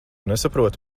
nesaproti